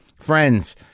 friends